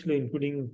including